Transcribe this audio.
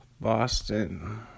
Boston